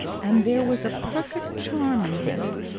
and there was a perfect charm in him.